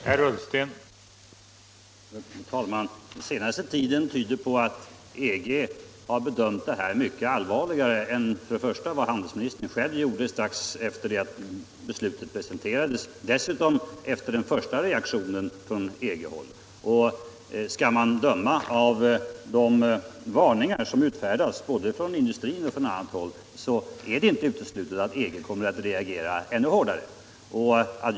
Herr talman! Den senaste tidens händelser tyder på att EG har bedömt det här mycket allvarligare än handelsministern själv gjorde strax efter det att beslutet presenterades — och även efter den första reaktionen från EG-håll. Skall man döma av de varningar som utfärdats både från in dustrin och från annat håll är det inte uteslutet att EG kommer att reagera ännu hårdare.